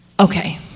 Okay